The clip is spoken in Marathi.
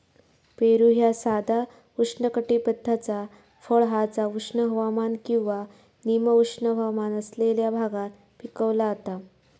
पेरू ह्या साधा उष्णकटिबद्धाचा फळ हा जा उष्ण हवामान किंवा निम उष्ण हवामान असलेल्या भागात पिकवला जाता